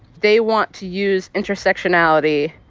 they want to use intersectionality,